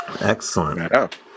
Excellent